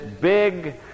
big